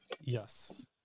Yes